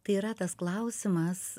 tai yra tas klausimas